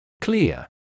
Clear